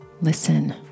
Listen